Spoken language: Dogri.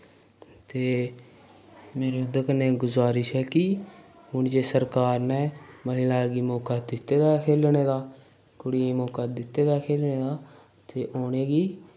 ते मेरी उं'दे कन्नै गुजारिश ऐ कि हून जे सरकार ने महिला गी मौका दित्ता दा ऐ खेलने दा कुड़ियें गी मौका दित्ता दा ऐ खेलने दा ते उ'नें गी